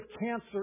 cancer